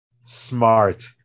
Smart